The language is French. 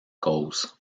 cause